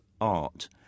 art